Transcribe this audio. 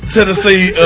Tennessee